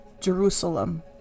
jerusalem